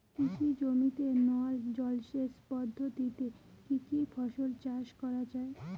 কৃষি জমিতে নল জলসেচ পদ্ধতিতে কী কী ফসল চাষ করা য়ায়?